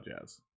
Jazz